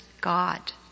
God